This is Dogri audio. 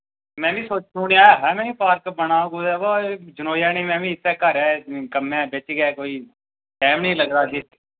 मैं बी सुनाआ ऐहा पार्क बना दा कुदै भो जनोआ निं में बी इत्थै घर गै कम्मै बिच गै कोई टैम निं लगदा